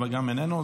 הוא גם איננו,